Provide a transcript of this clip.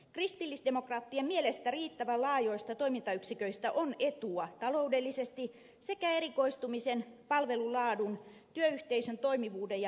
kristillisdemokraattien mielestä riittävän laajoista toimintayksiköistä on etua taloudellisesti sekä erikoistumisen palvelun laadun työyhteisön toimivuuden ja henkilöstön kannalta